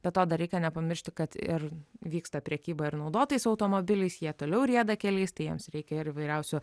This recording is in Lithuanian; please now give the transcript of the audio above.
be to dar reikia nepamiršti kad ir vyksta prekyba ir naudotais automobiliais jie toliau rieda keliais tai jiems reikia ir įvairiausių